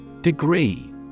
degree